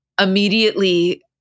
immediately